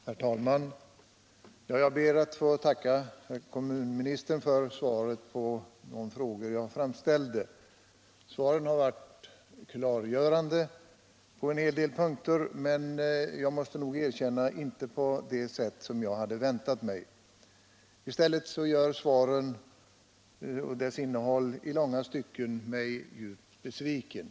Herr talman! Jag ber att få tacka kommunministern för svaren på mina frågor. Svaren har varit klargörande på en hel del punkter men tyvärr inte på det sätt som jag hade väntat. I stället gör svarens innehåll mig i långa stycken djupt besviken.